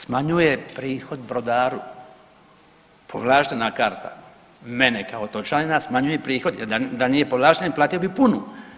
Smanjuje prihod brodaru, povlaštena karta mene kao otočanina smanjuje prihod jel da nije povlaštena platio bi punu.